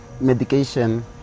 medication